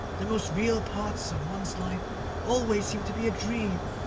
the most real parts of one's life always seem to be a dream!